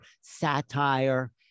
satire